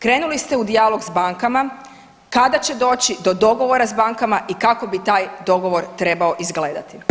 Krenuli ste u dijalog s bankama, kada će doći do dogovora s bankama i kako bi taj dogovor trebao izgledati?